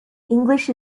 english